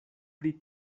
pri